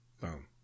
Boom